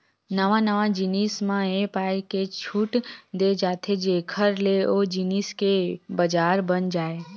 नवा नवा जिनिस म ए पाय के छूट देय जाथे जेखर ले ओ जिनिस के बजार बन जाय